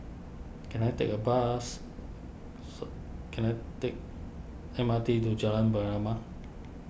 can I take a bus can I take M R T to Jalan